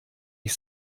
ich